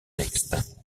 textes